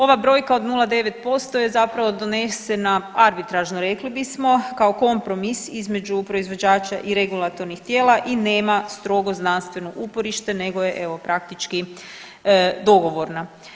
Ova brojka od 0,9% je zapravo donesena arbitražno, rekli bismo, kao kompromis između proizvođača i regulatornih tijela i nema strogo znanstveno uporište, nego je evo, praktički dogovorna.